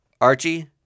Archie